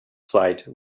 side